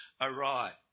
arrive